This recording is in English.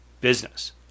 business